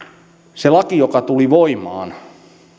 se laki joka tuli voimaan